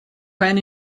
when